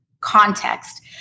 context